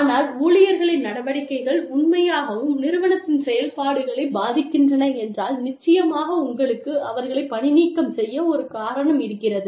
ஆனால் ஊழியர்களின் நடவடிக்கைகள் உண்மையாகவும் நிறுவனத்தின் செயல்பாடுகளை பாதிக்கின்றன என்றால் நிச்சயமாக உங்களுக்கு அவர்களை பணிநீக்கம் செய்ய ஒரு காரணம் இருக்கிறது